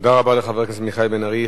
תודה רבה לחבר הכנסת מיכאל בן-ארי.